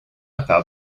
thought